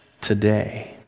today